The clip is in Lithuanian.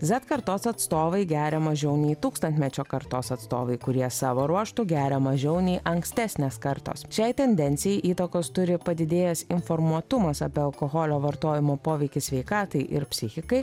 zet kartos atstovai geria mažiau nei tūkstantmečio kartos atstovai kurie savo ruožtu geria mažiau nei ankstesnės kartos šiai tendencijai įtakos turi padidėjęs informuotumas apie alkoholio vartojimo poveikį sveikatai ir psichikai